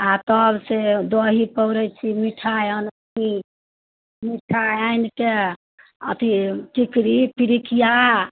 आओर तब से दही पौरै छी मिठाइ आनै छी मिठाइ आनिकऽ अथी टिकड़ी पिरिकिआ